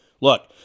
Look